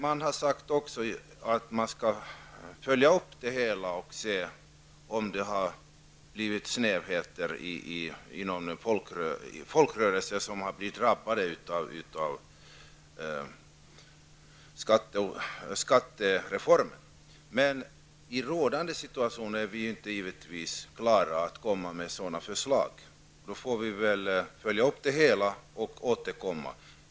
Man har också sagt att man skall följa upp det hela och se om några folkrörelser har blivit drabbade av skattereformen. I rådande situation är vi givetvis inte färdiga att komma med några förslag i syfte att avhjälpa sådana skevheter. Vi får följa upp det och återkomma.